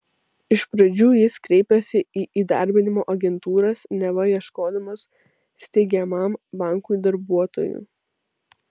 iš pradžių jis kreipėsi į įdarbinimo agentūras neva ieškodamas steigiamam bankui darbuotojų